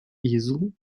easel